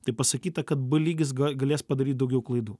tai pasakyta kad b lygis ga galės padaryt daugiau klaidų